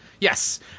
Yes